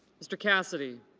mr. cassidy